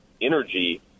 energy